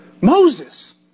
Moses